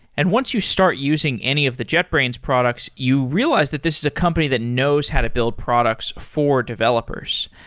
and once you start using any of the jetbrains products, you realize that this is a company that knows how to build products for developers.